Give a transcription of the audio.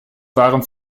waren